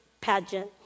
pageant